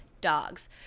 dogs